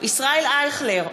ישראל אייכלר,